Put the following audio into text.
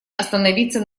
остановиться